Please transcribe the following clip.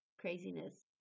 craziness